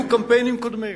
היו קמפיינים קודמים.